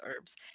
herbs